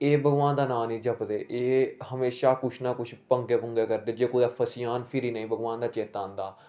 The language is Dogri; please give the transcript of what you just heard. एह् भगबान दा नां नेई जपदे एह् हमेशा कुछ ना कुछ पंगे करदे जे कुते फसी जान ते फिर इनेंगी भगबान दा चेता आंदा